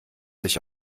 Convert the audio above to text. sich